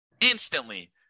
instantly